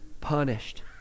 punished